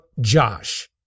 Josh